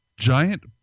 Giant